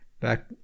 back